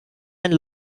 and